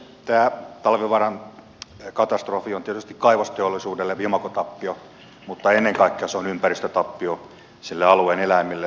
tämä talvivaaran katastrofi on tietysti kaivosteollisuudelle imagotappio mutta ennen kaikkea se on ympäristötappio alueen eläimille luonnolle ja alueen ihmisille